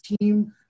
team